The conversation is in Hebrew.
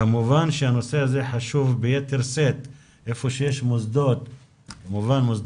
כמובן שהנושא הזה חשוב ביתר שאת היכן שיש מוסדות חינוך